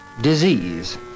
disease